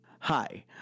Hi